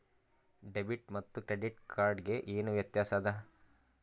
Debit ಮತ್ತ credit card ಗೆ ಏನ ವ್ಯತ್ಯಾಸ ಆದ?